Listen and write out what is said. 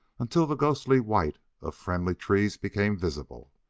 until the ghostly white of friendly trees became visible,